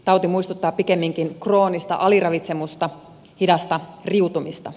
tauti muistuttaa pikemminkin kroonista aliravitsemusta hidasta riutumista